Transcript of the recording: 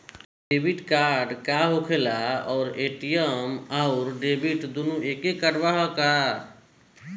Debit card का होखेला और ए.टी.एम आउर डेबिट दुनों एके कार्डवा ह का?